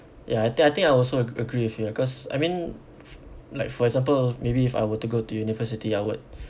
ya I think I think I also ag~ agree with you because I mean like for example maybe if I were to go to university I would